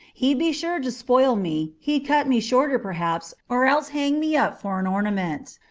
he'd be sure to spoil me. he'd cut me shorter, perhaps, or else hang me up for an ornament.